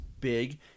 big